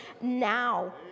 now